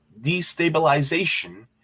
destabilization